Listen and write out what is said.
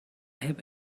have